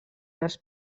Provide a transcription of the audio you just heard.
els